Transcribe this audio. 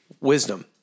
wisdom